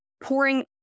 pouring